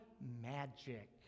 magic